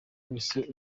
wese